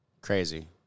Crazy